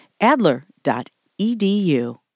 Adler.edu